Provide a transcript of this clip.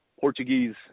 Portuguese